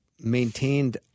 maintained